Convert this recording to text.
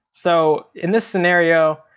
so in this scenario,